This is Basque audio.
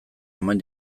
omen